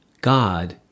God